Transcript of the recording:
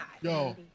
Yo